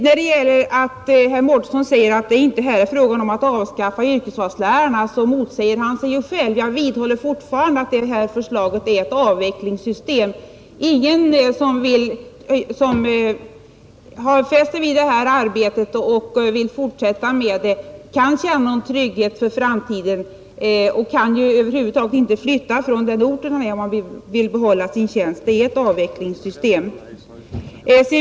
När herr Mårtensson förklarar att det inte är fråga om att avskaffa yrkesvalslärarna så motsäger han sig själv. Jag vidhåller fortfarande att förslaget innebär ett avvecklingssystem. Ingen som har fäst sig vid det här arbetet och vill fortsätta med det kan känna någon trygghet för framtiden, Han kan ju över huvud taget inte flytta från den ort där han är verksam, om han vill behålla sin tjänst. Det är ett avvecklingssystem.